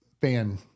fan